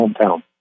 hometown